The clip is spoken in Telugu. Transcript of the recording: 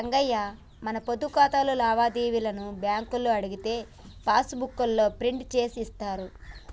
రంగయ్య మన పొదుపు ఖాతాలోని లావాదేవీలను బ్యాంకులో అడిగితే పాస్ పుస్తకాల్లో ప్రింట్ చేసి ఇస్తారు